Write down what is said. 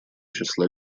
числа